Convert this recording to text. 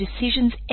decisions